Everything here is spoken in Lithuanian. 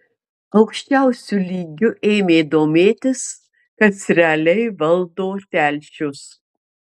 aukščiausiu lygiu ėmė domėtis kas realiai valdo telšius